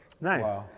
Nice